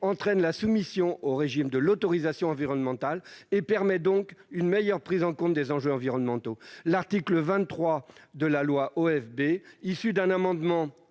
entraîne la soumission au régime de l'autorisation environnementale et permet donc une meilleure prise en compte des enjeux environnementaux. L'article 23 de la loi OFB, issu justement